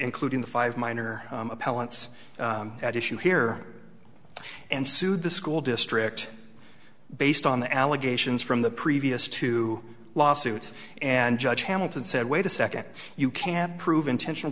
including the five minor appellants at issue here and sued the school district based on the allegations from the previous two lawsuits and judge hamilton said wait a second you can't prove intentional